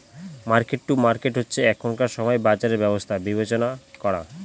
market to market হচ্ছে এখনকার সময় বাজারের ব্যবস্থা বিবেচনা করা